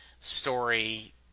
story